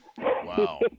Wow